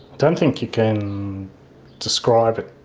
don't think you can describe it.